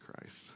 Christ